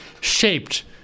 shaped